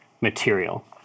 material